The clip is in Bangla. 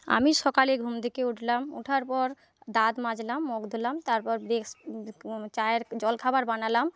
আমি সকালে ঘুম থেকে উঠলাম ওঠার পর দাঁত মাজলাম মুখ ধুলাম তারপর ব্রেকস চায়ের জলখাবার বানালাম